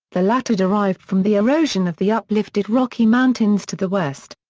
the latter derived from the erosion of the uplifted rocky mountains to the west.